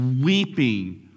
weeping